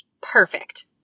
Perfect